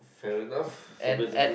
fair enough so basically